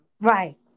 Right